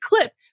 clip